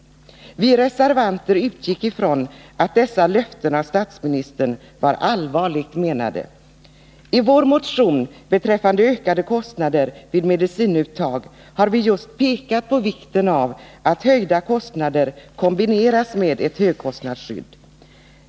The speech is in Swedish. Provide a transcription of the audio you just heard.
Vi reservanter utgick från att detta löfte av statsministern var allvarligt menat. I vår motion beträffande ökade kostnader vid medicinuttag har vi just pekat på vikten av att höjda kostnader kombineras med ett högkostnadsskydd.